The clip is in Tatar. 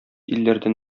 илләрдән